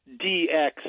DX